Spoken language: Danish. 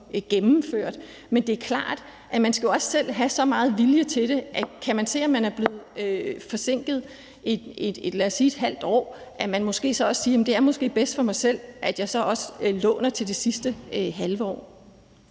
gennemført. Men det er klart, at man jo også selv skal have så meget vilje til det, at kan man se, at man er blevet forsinket, lad os sige et halvt år, så også siger, at det måske er bedst for en selv, at man så låner til det sidste halve år.